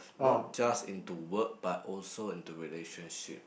not just into work but also into relationship